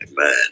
Amen